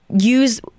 use